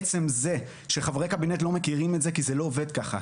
עצם זה שחברי קבינט לא מכירים את זה כי זה לא עובד ככה